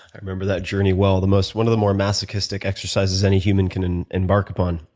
i remember that journey well. the most one of the more masochistic exercises any human can embark upon.